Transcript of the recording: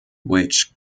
which